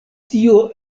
tio